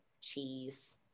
cheese